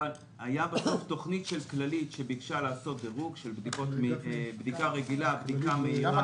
הייתה תוכנית של כללית שביקשה לעשות דירוג של בדיקה רגילה ובדיקה מהירה.